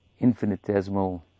infinitesimal